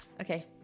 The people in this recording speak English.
okay